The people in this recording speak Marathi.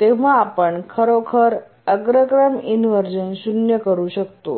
तेव्हा आपण खरोखर अग्रक्रम इनव्हर्जन शून्य करू शकतो